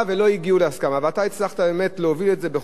ומגיע לך על זה באמת יישר כוח מיוחד.